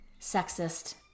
sexist